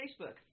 Facebook